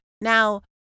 Now